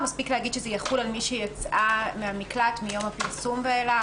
או מספיק להגיד שזה יחול על מי שיצאה מהמקלט מיום הפרסום ואילך?